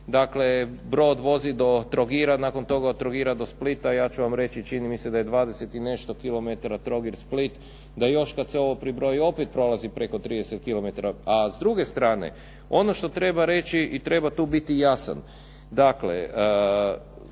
Dakle brod vozi do Trogira, nakon toga od Trogira do Splita. Ja ću vam reći čini mi se da je 20 i nešto kilometara Trogir-Split. Da još kad se ovo pribroji opet prolazi preko 30 kilometara. A s druge strane, ono što treba reći i treba tu biti jasan, dakle